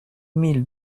mille